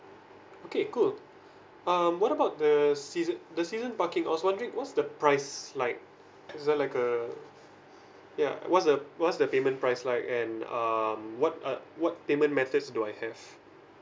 okay cool um what about the season the season parking I was wondering what's the price like is there like a yeah what's the what's the payment price like and um what uh what payment methods do I have